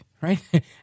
right